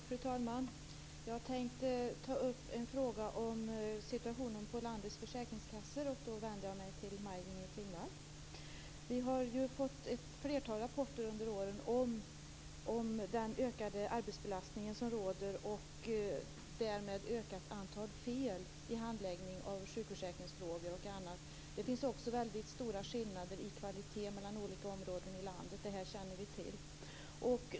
Fru talman! Jag tänkte ta upp en fråga om situationen på landets försäkringskassor. Då vänder jag mig till Maj-Inger Klingvall. Vi har ju fått ett flertal rapporter under åren om den ökade arbetsbelastning som råder och därmed också om det ökade antalet fel i handläggningen av sjukförsäkringsfrågor och annat. Det finns också väldigt stora skillnader i kvalitet mellan olika områden i landet. Det känner vi till.